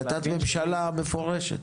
החלטת ממשלה מפורשת.